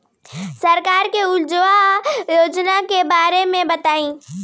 सरकार के उज्जवला योजना के बारे में बताईं?